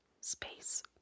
Space